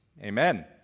Amen